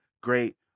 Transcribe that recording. great